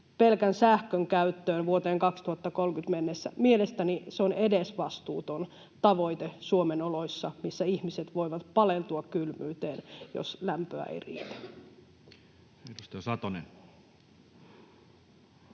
pelkän sähkön käyttöön vuoteen 2030 mennessä? Mielestäni se on edesvastuuton tavoite Suomen oloissa, missä ihmiset voivat paleltua kylmyyteen, jos lämpöä ei riitä. Edustaja Satonen.